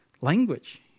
Language